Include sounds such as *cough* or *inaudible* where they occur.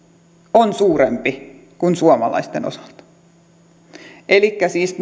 on suurempi kuin suomalaisten osalta siis *unintelligible*